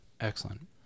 Excellent